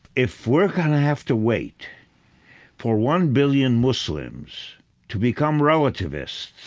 if we're going to have to wait for one billion muslims to become relativists,